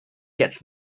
gets